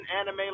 anime